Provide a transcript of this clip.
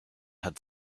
had